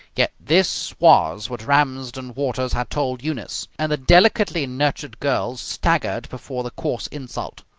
yet this was what ramsden waters had told eunice, and the delicately nurtured girl staggered before the coarse insult.